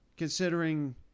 considering